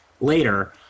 later